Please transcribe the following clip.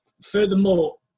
furthermore